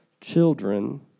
children